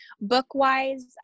Book-wise